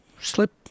slip